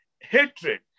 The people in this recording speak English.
hatred